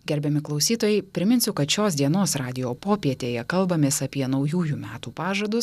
gerbiami klausytojai priminsiu kad šios dienos radijo popietėje kalbamės apie naujųjų metų pažadus